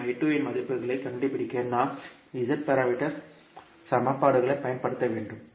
மற்றும் இன் மதிப்புகளைக் கண்டுபிடிக்க நாம் Z பாராமீட்டர் சமன்பாடுகளைப் பயன்படுத்த வேண்டும்